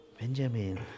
Benjamin